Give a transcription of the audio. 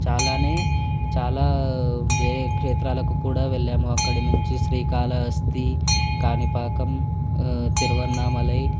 చాలానే చాలా వేరే క్షేత్రాలకు కూడా వెళ్ళాము అక్కడి నుంచి శ్రీకాళహస్తి కాణిపాకం తిరువన్నామలై